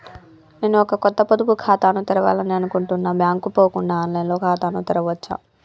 నేను ఒక కొత్త పొదుపు ఖాతాను తెరవాలని అనుకుంటున్నా బ్యాంక్ కు పోకుండా ఆన్ లైన్ లో ఖాతాను తెరవవచ్చా?